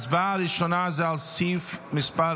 סעיף מס'